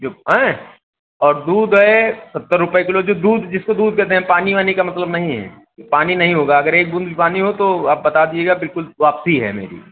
जो अएं और दूध है सत्तर रुपये किलो जो दूध जिसको दूध देते हैं पानी वानी का मतलब नहीं है पानी नहीं होगा अगर एक बूंद भी पानी हो तो आप बता दीजिएगा बिल्कुल वापसी है मेरी